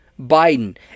Biden